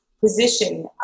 position